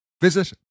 Visit